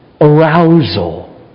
arousal